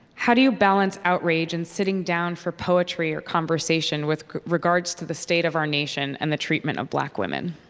how do you balance outrage and sitting down for poetry or conversation with regards to the state of our nation and the treatment of black women?